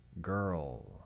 Girl